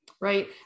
Right